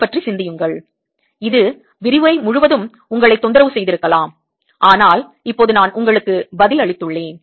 அதைப் பற்றி சிந்தியுங்கள் இது விரிவுரை முழுவதும் உங்களைத் தொந்தரவு செய்திருக்கலாம் ஆனால் இப்போது நான் உங்களுக்கு பதில் அளித்துள்ளேன்